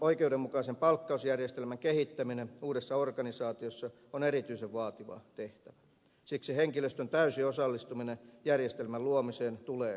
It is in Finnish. oikeudenmukaisen palkkausjärjestelmän kehittäminen uudessa organisaatiossa on erityisen vaativa tehtävä siksi henkilöstön täysi osallistuminen järjestelmän luomiseen tulee turvata